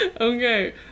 Okay